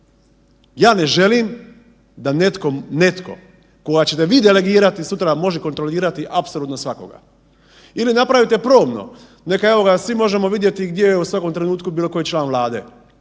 ja ne želim da netko, netko koga ćete vi delegirati sutra može kontrolirati apsolutno svakoga. Ili napravite probno, neka evo ga svi možemo vidjeti je u svakom trenutku bilo koji član Vlade,